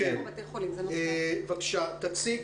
תציג,